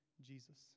Jesus